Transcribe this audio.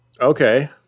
Okay